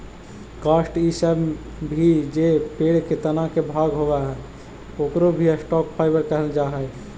काष्ठ इ सब भी जे पेड़ के तना के भाग होवऽ, ओकरो भी स्टॉक फाइवर कहल जा हई